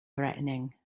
threatening